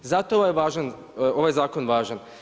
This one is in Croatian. Zato je ovaj zakon važan.